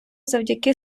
завдяки